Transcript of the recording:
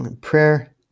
prayer